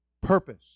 purpose